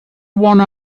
one